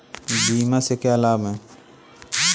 बीमा के क्या लाभ हैं?